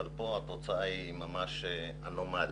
אבל פה התוצאה היא ממש אנומלית.